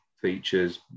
features